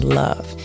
love